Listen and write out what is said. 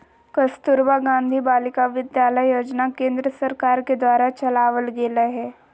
कस्तूरबा गांधी बालिका विद्यालय योजना केन्द्र सरकार के द्वारा चलावल गेलय हें